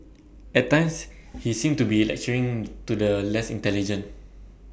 at times he seemed to be lecturing to the less intelligent